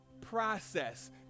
process